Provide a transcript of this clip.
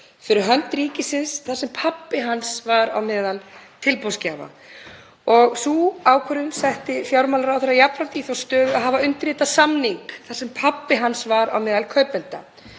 fyrir hönd ríkisins þar sem pabbi hans var á meðal tilboðsgjafa. Sú ákvörðun setti fjármálaráðherra jafnframt í þá stöðu að hafa undirritað samning þar sem pabbi hans var á meðal kaupenda.